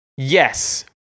Yes